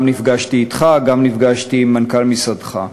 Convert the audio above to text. גם נפגשתי אתך וגם נפגשתי עם מנכ"ל משרדך.